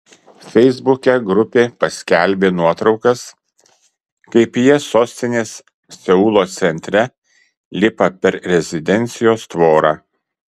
feisbuke grupė paskelbė nuotraukas kaip jie sostinės seulo centre lipa per rezidencijos tvorą